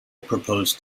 proposed